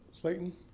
Slayton